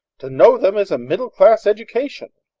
to know them is a middle-class education.